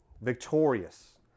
victorious